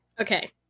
Okay